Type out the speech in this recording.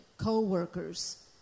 co-workers